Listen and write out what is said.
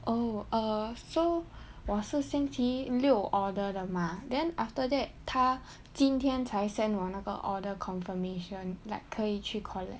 oh err so 我是星期六 order 的 mah then after that 他今天才 send 我那个 order confirmation like 可以去 collect